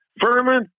Furman